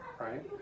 Right